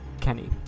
Kenny